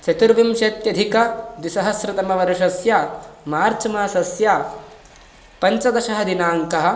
चतुर्विंशत्यधिक द्विसहस्रतमवर्षस्य मार्च् मासस्य पञ्चदशः दिनाङ्कः